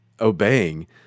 obeying